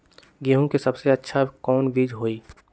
गेंहू के सबसे अच्छा कौन बीज होई?